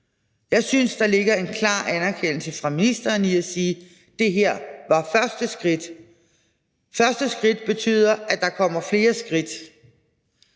Jeg synes, at der ligger en klar anerkendelse fra ministerens side i at sige, at det her var første skridt. Første skridt betyder, at der kommer flere skridt,